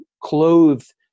clothed